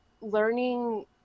learning